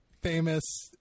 famous